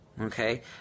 Okay